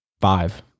Five